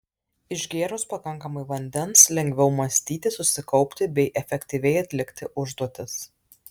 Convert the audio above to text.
išgėrus pakankamai vandens lengviau mąstyti susikaupti bei efektyviai atlikti užduotis